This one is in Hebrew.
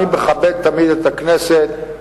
אני מכבד תמיד את הכנסת.